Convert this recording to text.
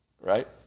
Right